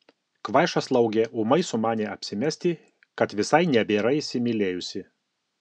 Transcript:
kvaiša slaugė ūmai sumanė apsimesti kad visai nebėra įsimylėjusi